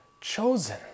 chosen